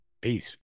peace